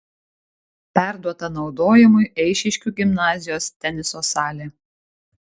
perduota naudojimui eišiškių gimnazijos teniso salė